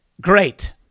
Great